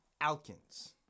Alkins